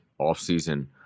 offseason